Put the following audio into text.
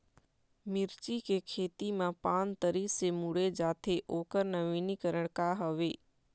मिर्ची के खेती मा पान तरी से मुड़े जाथे ओकर नवीनीकरण का हवे?